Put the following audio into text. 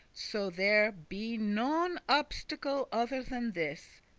so there be none obstacle other than this,